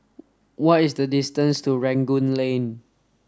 what is the distance to Rangoon Lane